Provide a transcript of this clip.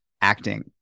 acting